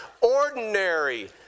ordinary